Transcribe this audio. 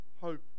hope